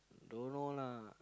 don't know lah